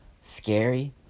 scary